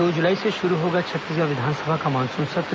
दो जुलाई से शुरू होगा छत्तीसगढ़ विधानसभा का मानसून सत्र